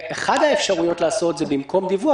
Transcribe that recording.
אחת האפשרויות היא שבמקום דיווח,